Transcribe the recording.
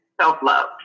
self-love